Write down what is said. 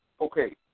Okay